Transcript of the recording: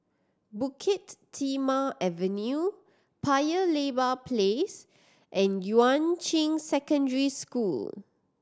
Bukit Timah Avenue Paya Lebar Place and Yuan Ching Secondary School